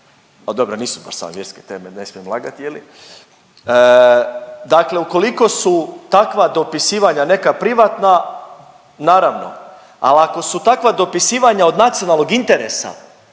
dobro nisu baš samo vjerske teme, ne smijem lagati je li, dakle ukoliko su takva dopisivanja neka privatna naravno, al ako su takva dopisivanja od nacionalnog interesa